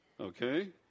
okay